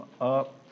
up